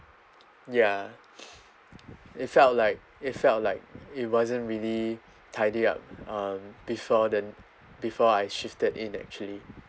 ya it felt like it felt like it wasn't really tidy up um before the before I shifted in actually